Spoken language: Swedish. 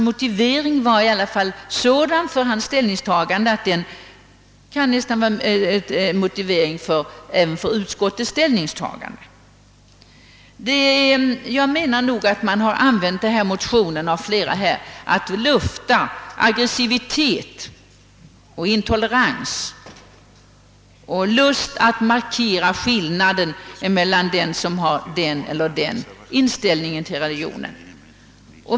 Motiveringen för hans ställningstagande var emellertid sådan, att den skulle kunna användas som motivering även för utskottets ställningstagande. Jag tycker nog att det verkar som om flera av talarna i debatten använt dessa motioner för att få ett tillfälle att lufta aggressivitet och intolerans och ge uttryck för lusten att markera skillnaden mellan personer med olika inställning till religionen.